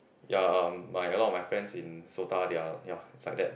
ya um my a lot of my friends in SOTA they are ya it's like that